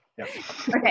Okay